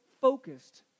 focused